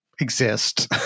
exist